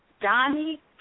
Donnie